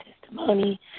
testimony